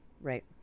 Right